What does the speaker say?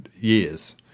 years